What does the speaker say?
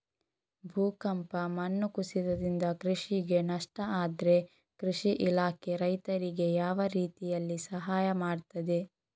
ಭೂಕಂಪ, ಮಣ್ಣು ಕುಸಿತದಿಂದ ಕೃಷಿಗೆ ನಷ್ಟ ಆದ್ರೆ ಕೃಷಿ ಇಲಾಖೆ ರೈತರಿಗೆ ಯಾವ ರೀತಿಯಲ್ಲಿ ಸಹಾಯ ಮಾಡ್ತದೆ?